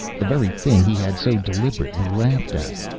the very thing he had so deliberately laughed at!